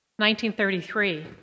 1933